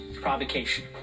provocation